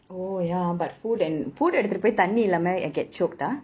oh ya but food and food எடுத்துட்டு போய்:eduthutu poi get choked ah